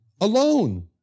alone